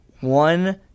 one